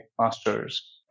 master's